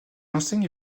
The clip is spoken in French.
enseigne